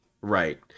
Right